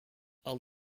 are